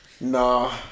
Nah